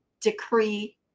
decree